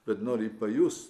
bet nori pajust